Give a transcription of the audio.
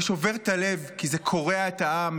זה שובר את הלב כי זה קורע את העם,